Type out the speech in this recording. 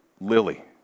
Lily